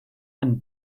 and